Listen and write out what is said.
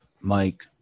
Mike